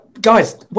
guys